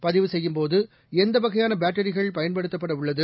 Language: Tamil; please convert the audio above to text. பதிவு செய்யும்போது எந்தவகையான பேட்டரிகள் பயன்படுத்தப்படவுள்ளது